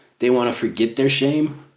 they wanna forget their shame,